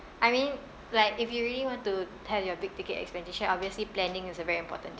I mean like if you really want to tell your big ticket expenditure obviously planning is a very important thing